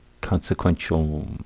consequential